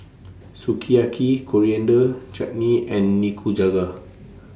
Sukiyaki Coriander Chutney and Nikujaga